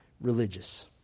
religious